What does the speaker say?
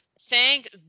thank